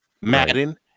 Madden